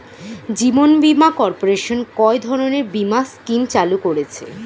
জীবন বীমা কর্পোরেশন কয় ধরনের বীমা স্কিম চালু করেছে?